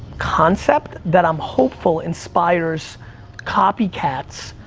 concept that i'm hopeful inspires copycats,